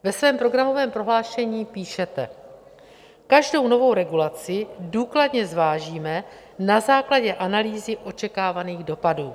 Ve svém programovém prohlášení píšete: Každou novou regulaci důkladně zvážíme na základě analýzy očekávaných dopadů.